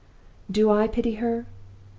do i pity her?